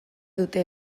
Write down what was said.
dute